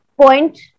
point